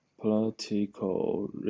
political